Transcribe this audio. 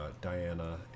diana